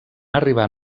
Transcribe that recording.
arribar